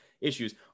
issues